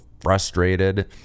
frustrated